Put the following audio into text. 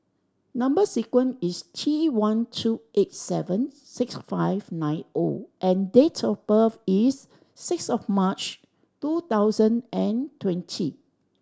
number sequence is T one two eight seven six five nine O and date of birth is six of March two thousand and twenty